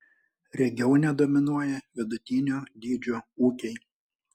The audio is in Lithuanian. regione dominuoja vidutinio dydžio ūkiai